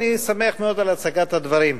אני שמח מאוד על הצגת הדברים,